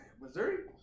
Missouri